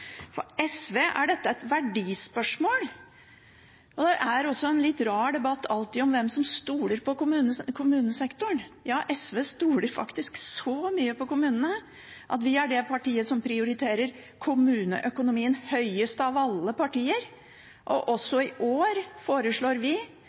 For SV er dette et verdispørsmål, og det er også alltid en litt rar debatt om hvem som stoler på kommunesektoren. Ja, SV stoler faktisk så mye på kommunene at vi er det partiet som prioriterer kommuneøkonomien høyest av alle partier, og